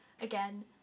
Again